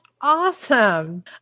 awesome